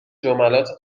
جملات